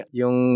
yung